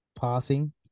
passing